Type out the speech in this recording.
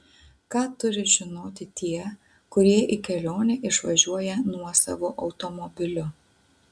ką turi žinoti tie kurie į kelionę išvažiuoja nuosavu automobiliu